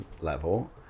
level